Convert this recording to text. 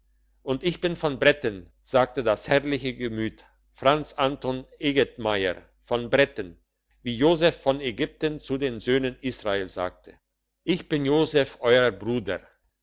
und ich bin von bretten sagte das herrliche gemüte franz anton egetmeier von bretten wie joseph in ägypten zu den söhnen israels sagte ich bin joseph euer bruder